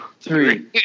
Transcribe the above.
three